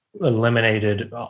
eliminated